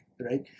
Right